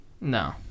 No